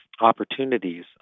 opportunities